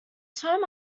term